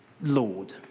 Lord